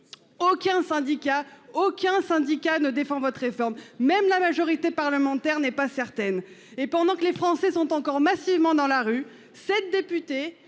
Aucun syndicat, aucun syndicat ne défend votre réforme même la majorité parlementaire n'est pas certaine. Et pendant que les Français sont encore massivement dans la rue. Sept députés